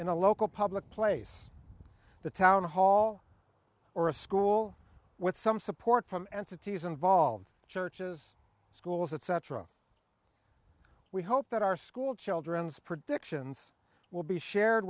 in a local public place the town hall or a school with some support from entities involved churches schools etc we hope that our school children's predictions will be shared